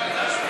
ששש.